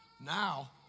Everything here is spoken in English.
Now